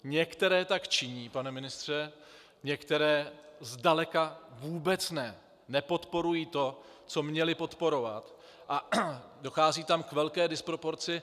Některé tak činí, pane ministře, některé zdaleka vůbec ne, nepodporují to, co měly podporovat, a dochází tam k velké disproporci.